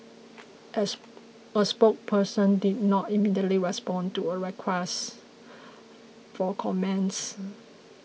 as a spokesperson did not immediately respond to a request for comments